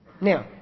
Now